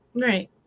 Right